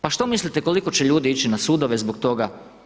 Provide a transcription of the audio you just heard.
Pa što mislite koliko će ljudi ići na sudove zbog toga?